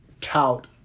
tout